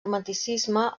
romanticisme